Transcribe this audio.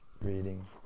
reading